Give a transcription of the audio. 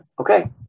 Okay